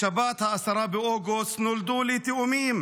בשבת 10 באוגוסט נולדו לי תאומים,